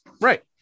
Right